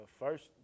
first